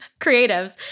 creatives